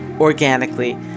organically